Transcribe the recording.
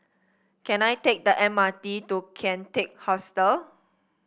can I take the M R T to Kian Teck Hostel